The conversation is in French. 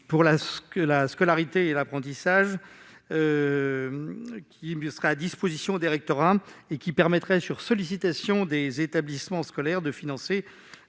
pour la scolarité et l'apprentissage. À la disposition des rectorats, ce fonds permettrait, sur sollicitation des établissements scolaires, de financer